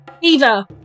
Eva